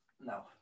No